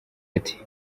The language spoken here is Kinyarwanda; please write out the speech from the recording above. ati